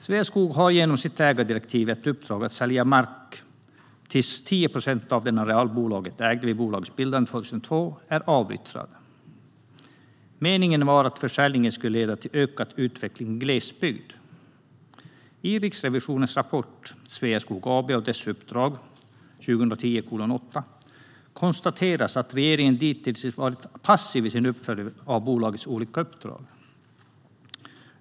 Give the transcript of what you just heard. Sveaskog har genom sitt ägardirektiv ett uppdrag att sälja mark tills 10 procent av den areal bolaget ägde då det bildades 2002 är avyttrad. Meningen var att försäljningen skulle leda till en ökad utveckling i glesbygd. I Riksrevisionens rapport Sveaskog AB och dess uppdrag , RiR 2010:8, konstateras att regeringen dittills har varit för passiv i sin uppföljning av bolagets olika uppdrag.